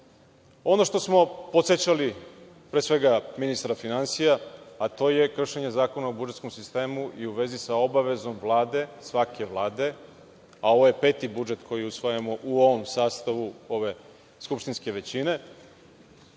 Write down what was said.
što smo podsećali pre svega ministra finansija, to je kršenje Zakona o budžetskom sistemu. U vezi sa obavezom Vlade, svake Vlade, a ovo je peti budžet koji usvajamo u ovom sastavu ove skupštinske većine,